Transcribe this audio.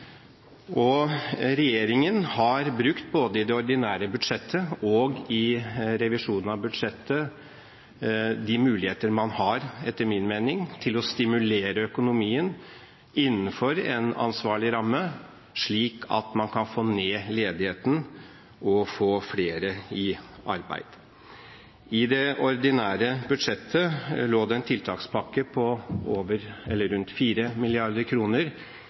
fram. Regjeringen har både i det ordinære budsjettet og i revisjonen av budsjettet brukt de muligheter man har, etter min mening, til å stimulere økonomien innenfor en ansvarlig ramme, slik at man kan få ned ledigheten og få flere i arbeid. I det ordinære budsjettet lå det en tiltakspakke på rundt 4 mrd. kr. I dette tilleggsbudsjettet eller